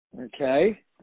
okay